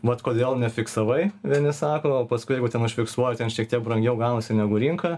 vat kodėl nefiksavai vieni sako o paskui jeigu ten užfiksuoji ten šiek tiek brangiau gaunasi negu rinka